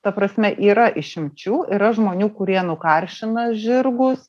ta prasme yra išimčių yra žmonių kurie nukaršina žirgus